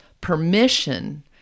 permission